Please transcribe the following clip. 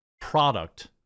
product